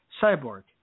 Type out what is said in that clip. cyborg